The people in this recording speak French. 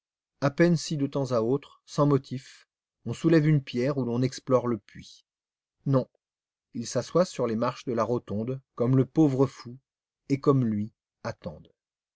à peine si de temps à autre sans motif on soulève une pierre ou l'on explore le puits non ils s'assoient sur les marches de la rotonde comme le pauvre fou et comme lui ils attendent